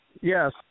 Yes